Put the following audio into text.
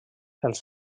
els